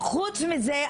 חוץ מזה,